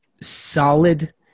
solid